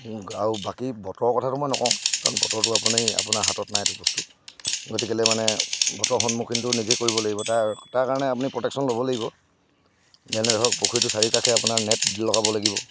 আৰু বাকী বতৰৰ কথাটো মই নকওঁ কাৰণ বতৰটো আপুনি আপোনাৰ হাতত নাই এইটো বস্তু গতিকেলৈ মানে বতৰৰ সন্মুখীনটো নিজে কৰিব লাগিব তাৰ তাৰ কাৰণে আপুনি প্ৰটেকশ্যন ল'ব লাগিব যেনে ধৰক পুখুৰীটোৰ চাৰিওকাষে আপোনাৰ নেট লগাব লাগিব